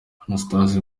anastase